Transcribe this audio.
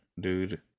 dude